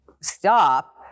stop